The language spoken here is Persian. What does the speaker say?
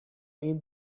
این